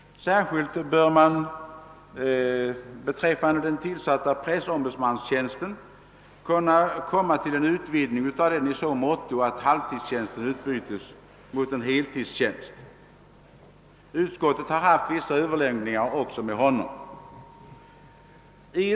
Särskilt bör sysslan som pressombudsman kunna utvidgas i så måtto att halvtidstjänsten utbyts mot en heltidstjänst. Utskottet har haft vissa överläggningar också med pressombudsmannen.